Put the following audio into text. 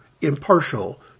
impartial